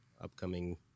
upcoming